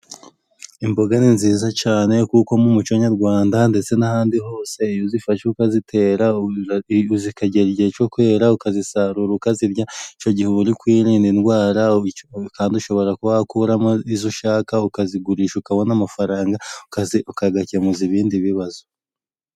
Imboga ni nziza cyane kuko mu muco nyarwanda ndetse n'ahandi hose iyo uzifashe ukazitera zikagera igihe cyo kwera ukazisarura ukazirya icyo gihe uba uri kwirinda indwara; kandi ushobora kuba wakuramo izo ushaka ukazigurisha ukabona amafaranga ukayakemuza ibindi bibazo.